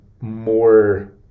more